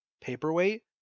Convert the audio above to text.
paperweight